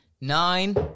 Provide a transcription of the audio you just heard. Nine